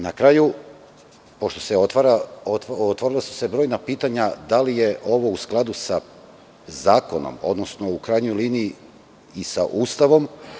Na kraju, pošto su se otvorila brojna pitanja - da li je ovo u skladu sa zakonom, odnosno u krajnjoj liniji i sa Ustavom?